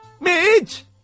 Midge